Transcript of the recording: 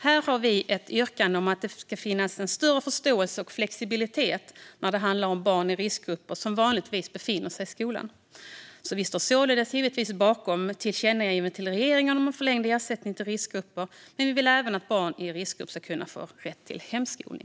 Här har vi ett yrkande om att det ska finnas en större förståelse och flexibilitet när det handlar om barn i riskgrupper som vanligtvis befinner sig i skolan. Vi står således givetvis bakom tillkännagivandet till regeringen om förlängd ersättning till riskgrupper, men vi vill även att barn i riskgrupper ska kunna få rätt till hemskolning.